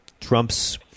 Trump's